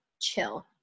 chill